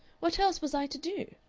what else was i to do?